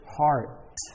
heart